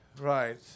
Right